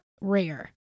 rare